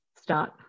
start